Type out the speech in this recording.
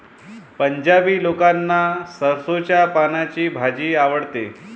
पंजाबी लोकांना सरसोंच्या पानांची भाजी आवडते